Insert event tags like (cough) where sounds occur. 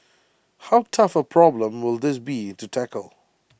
(noise) how tough A problem will this be to tackle